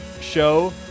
show